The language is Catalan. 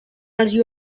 els